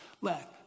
Let